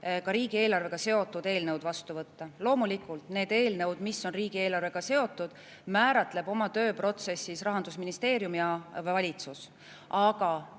ka riigieelarvega seotud eelnõud vastu võtab. Loomulikult need eelnõud, mis on riigieelarvega seotud, määratlevad oma tööprotsessis Rahandusministeerium ja valitsus. Aga